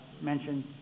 mentioned